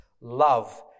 Love